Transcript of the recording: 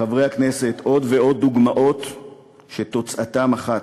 חברי הכנסת, עוד ועוד דוגמאות שתוצאתן אחת: